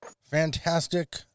fantastic